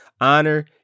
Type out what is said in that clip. Honor